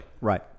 Right